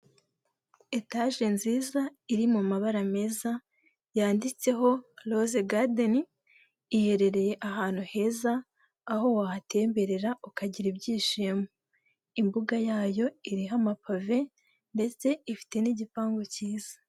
Etaje nziza iri mu mabara meza yanditseho roze gadeni iherereye ahantu heza aho wahatemberera, ukagira ibyishimo imbuga yayo iriho amapave ndetse ifite n'igipangu kiza.